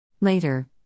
Later